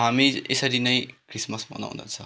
हामी यसरी नै क्रिसमस मनाउँदछ